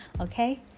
Okay